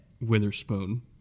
witherspoon